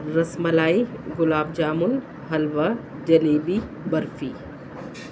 ras malai gulab jamun halwa jalebi barfi